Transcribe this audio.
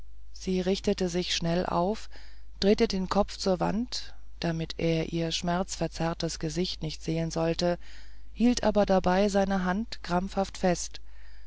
sie richtete sich schnell auf und drehte den kopf zur wand damit er ihr schmerzverzerrtes gesicht nicht sehen solle hielt aber dabei seine hand krampfhaft fest